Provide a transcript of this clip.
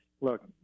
Look